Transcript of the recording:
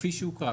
כפי שהוקרא.